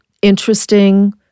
Interesting